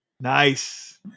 nice